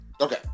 Okay